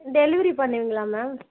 delivery பண்ணுவீங்களா ma'am